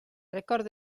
record